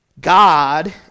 God